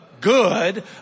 good